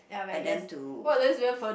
and then to